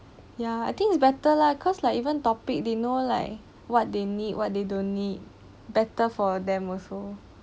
ya I think it's better lah cause like even topic they know like what they need what they don't need better for them also